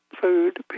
food